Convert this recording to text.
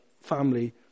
family